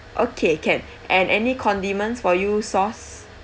okay can and any condiments for you sauce